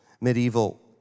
medieval